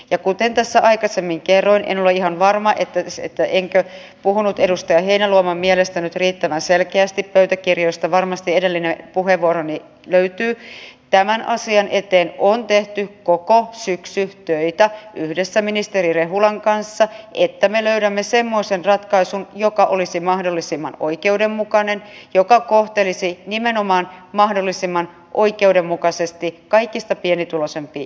ja kuten tässä aikaisemmin kerroin en ole ihan varma enkö puhunut edustaja heinäluoman mielestä nyt riittävän selkeästi pöytäkirjoista varmasti edellinen puheenvuoroni löytyy tämän asian eteen on tehty koko syksy töitä yhdessä ministeri rehulan kanssa että me löydämme semmoisen ratkaisun joka olisi mahdollisimman oikeudenmukainen ja joka kohtelisi nimenomaan mahdollisimman oikeudenmukaisesti kaikista pienituloisimpia eläkkeensaajia